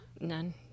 None